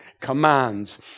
commands